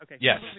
Yes